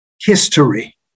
history